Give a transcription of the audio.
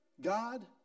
God